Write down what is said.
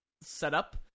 setup